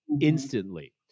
instantly